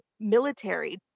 military